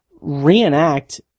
reenact